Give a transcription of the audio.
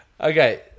Okay